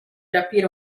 rapire